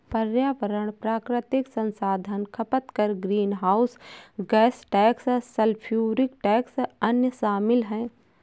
पर्यावरण प्राकृतिक संसाधन खपत कर, greenhouse gas tax, sulphuric tax, अन्य शामिल हैं